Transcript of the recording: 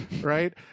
Right